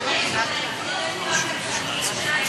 בהתאם לאינטרסים הכלכליים שלהן לאן אתה ואני נלך.